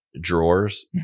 drawers